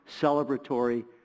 celebratory